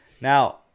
now